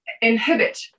inhibit